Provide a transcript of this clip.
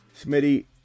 Smitty